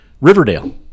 Riverdale